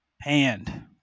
Hand